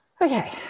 okay